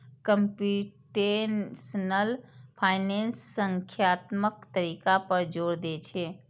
computational finance संख्यात्मक तरीका पर जोर दै छै